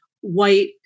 white